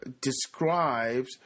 describes